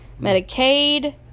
Medicaid